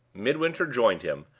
midwinter joined him,